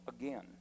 again